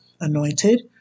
anointed